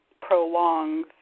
prolongs